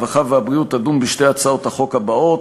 הרווחה והבריאות תדון בשתי הצעות החוק הבאות: